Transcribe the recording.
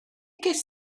ges